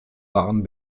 waren